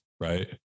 right